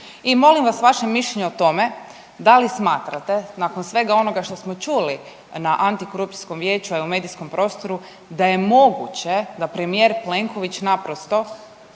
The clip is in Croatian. I molim vas vaše mišljenje o tome da li smatrate nakon svega onoga što smo čuli na Antikorupcijskom vijeću, a i u medijskom prostoru da je moguće da premijer Plenković naprosto